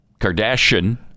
Kardashian